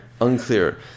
Unclear